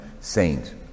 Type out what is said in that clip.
saint